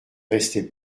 restait